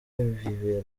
bibera